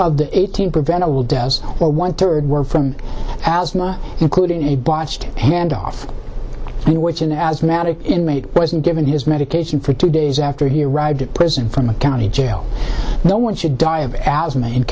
of the eighteen preventable deaths well one third were from asthma including a botched handoff in which an asthmatic inmate wasn't given his medication for two days after he arrived in prison from a county jail no one should die of asthma in